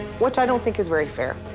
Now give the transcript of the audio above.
which i don't think is very fair.